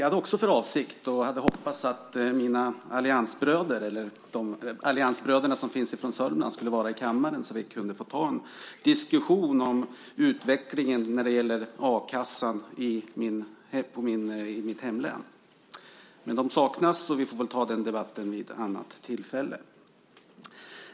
Herr talman! Jag hade hoppats att alliansföreträdarna från Sörmland skulle vara i kammaren, så att vi kunde ta en diskussion om utvecklingen när det gäller a-kassan i mitt hemlän. Men de saknas här, så vi får väl ta den debatten vid ett annat tillfälle.